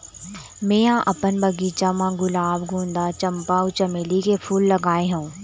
मेंहा अपन बगिचा म गुलाब, गोंदा, चंपा अउ चमेली के फूल लगाय हव